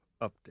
update